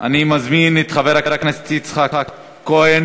מבקשת שהדיון הזה יערך במושב הזה,